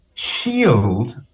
shield